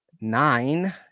nine